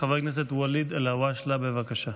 חבר הכנסת ואליד אלהואשלה, בבקשה.